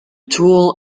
tool